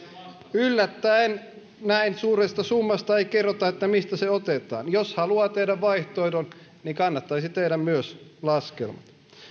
yllättäen näin suuresta summasta ei kerrota mistä se otetaan jos haluaa tehdä vaihtoehdon niin kannattaisi tehdä myös laskelmat